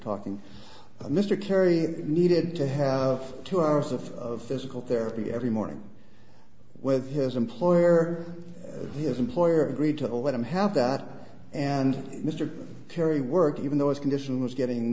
talking mr kerry needed to have two hours of physical therapy every morning with his employer his employer agreed to let him have that and mr kerry work even though his condition was getting